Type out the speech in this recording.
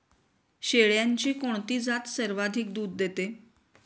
शेळ्यांची कोणती जात सर्वाधिक दूध देते?